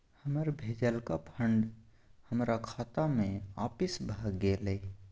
हमर भेजलका फंड हमरा खाता में आपिस भ गेलय